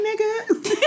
nigga